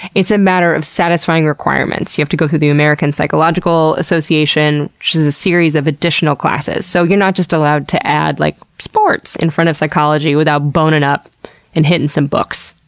it's a matter of satisfying requirements. you have to go through the american psychological association, which is a series of additional classes. so you're not just allowed to add like sports in front of psychology without boning up and hitting some books.